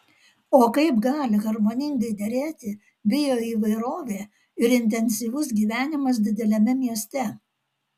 o kaip gali harmoningai derėti bioįvairovė ir intensyvus gyvenimas dideliame mieste